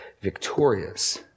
victorious